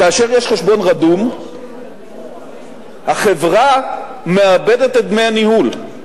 כאשר יש חשבון רדום החברה מאבדת את דמי הניהול,